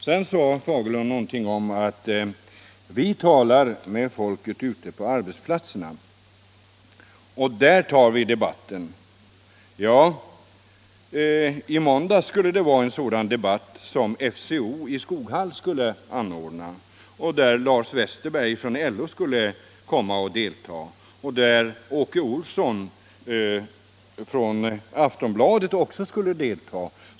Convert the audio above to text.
Sedan sade herr Fagerlund något om att ”vi talar med folket ute på arbetsplatserna och där tar vi upp debatten”. I måndags skulle FCO i Skoghall anordna en sådan debatt. Lars Westerberg från LO och Åke Olsson från Aftonbladet skulle delta.